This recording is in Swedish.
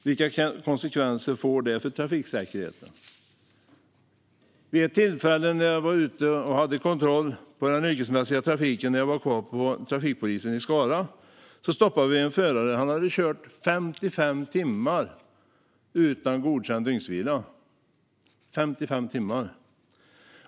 Vilka konsekvenser får det för trafiksäkerheten? Vid ett tillfälle medan jag var kvar på trafikpolisen i Skara och var ute på kontroll av den yrkesmässiga trafiken stoppade vi en förare som hade kört i 55 timmar utan godkänd dygnsvila. 55 timmar!